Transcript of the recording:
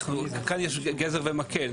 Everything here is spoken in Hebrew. כאן יש גזר ומקל.